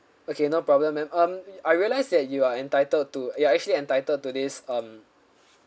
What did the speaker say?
okay no problem ma'am um I realise that you are entitled to ya actually entitled to this um